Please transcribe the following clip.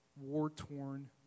war-torn